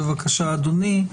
בבקשה אדוני,